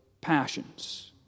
passions